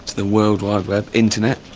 the world wide web, internet,